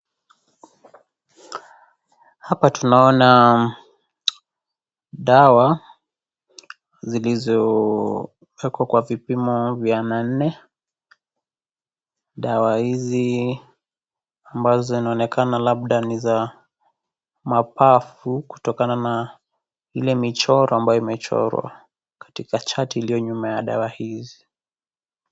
Hapa tunaona, dawa, zilizoekwa kwa vipimo vya manne, dawa hizi, ambazo inaonekana labda niza, mapafu kutokana na ile michoro ambayo imechorwa, katika chati iliyo nyuma ya dawa hizi.